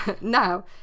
Now